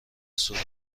صورت